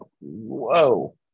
Whoa